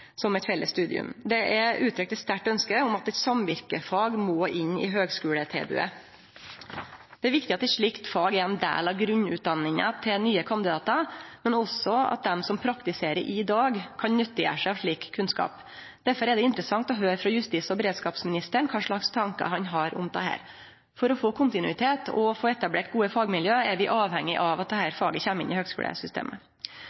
som eit felles studium. Det er uttrykt eit sterkt ønske om at eit samvirkefag må inn i høgskuletilbodet. Det er viktig at eit slikt fag er ein del av grunnutdanninga til nye kandidatar, men også at dei som praktiserer i dag, kan nyttiggjere seg slik kunnskap. Derfor er det interessant å høyre frå justis- og beredskapsministeren kva slags tankar han har om dette. For å få kontinuitet og få etablert gode fagmiljø er vi avhengige av at